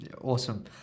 Awesome